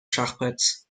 schachbretts